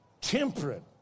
temperate